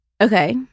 Okay